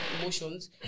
emotions